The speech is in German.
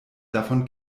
davon